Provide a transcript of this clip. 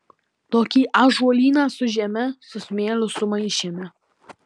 tokį ąžuolyną su žeme su smėliu sumaišėme